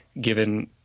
given